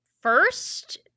first